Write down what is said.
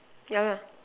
yeah lah